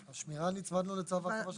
השמירה, נצמדנו לצו ההרחבה של השמירה.